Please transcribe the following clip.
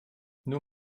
nur